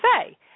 say